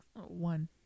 One